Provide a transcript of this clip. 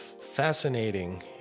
fascinating